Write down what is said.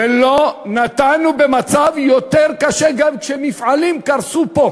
ולא נתנו במצב יותר קשה, גם כשמפעלים קרסו פה